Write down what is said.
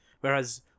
Whereas